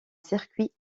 circuit